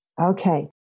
Okay